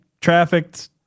trafficked